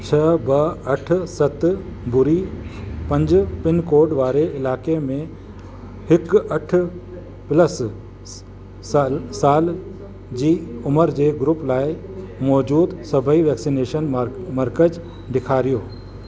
छह ॿ अठ सत ॿुड़ी पंज पिनकोड वारे इलाइक़े में हिकु अठ प्लस स साल साल जी उमिरि जे ग्रुप लाइ मौजूद सभई वैक्सनेशन मर मर्कज़ ॾेखारियो